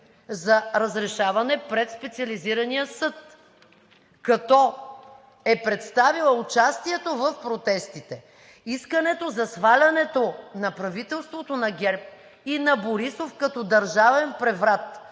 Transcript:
за разрешаване пред Специализирания съд, като е представила участието в протестите, искането за свалянето на правителството на ГЕРБ и на Борисов като държавен преврат!